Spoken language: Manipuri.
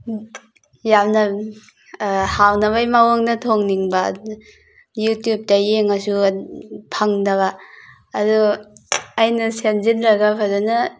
ꯌꯥꯝꯅ ꯍꯥꯎꯅꯕꯩ ꯃꯋꯣꯡꯗ ꯊꯣꯡꯅꯤꯡꯕ ꯑꯗꯨꯅ ꯌꯨꯇ꯭ꯌꯨꯞꯇ ꯌꯦꯡꯉꯁꯨ ꯐꯪꯗꯕ ꯑꯗꯨ ꯑꯩꯅ ꯁꯦꯝꯖꯤꯜꯂꯒ ꯐꯖꯅ